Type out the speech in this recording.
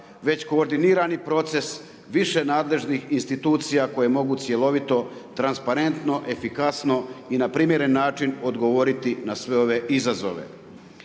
već koordinirani proces više nadležnih institucija koje mogu cjelovito, transparentno, efikasno i na primjeren način odgovoriti na sve ove izazove.